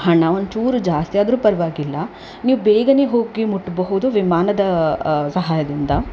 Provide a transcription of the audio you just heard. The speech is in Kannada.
ಹಣ ಒಂಚೂರು ಜಾಸ್ತಿಯಾದರು ಪರವಾಗಿಲ್ಲ ನೀವು ಬೇಗನೆ ಹೋಗಿ ಮುಟ್ಟಬಹುದು ವಿಮಾನದ ಸಹಾಯದಿಂದ